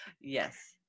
Yes